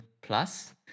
plus